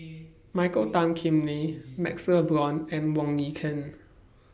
Michael Tan Kim Nei MaxLe Blond and Wong Lin Ken